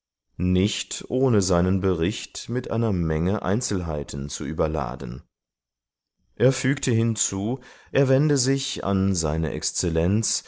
nicht ohne seinen bericht mit einer menge einzelheiten zu überladen er fügte hinzu er wende sich an seine exzellenz